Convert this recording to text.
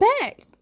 back